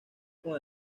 con